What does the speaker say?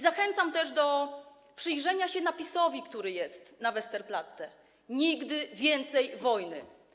Zachęcam też do przyjrzenia się napisowi, który jest na Westerplatte: Nigdy więcej wojny.